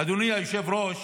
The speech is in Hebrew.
אדוני היושב-ראש,